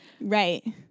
Right